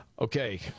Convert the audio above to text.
okay